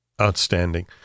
Outstanding